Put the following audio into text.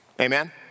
Amen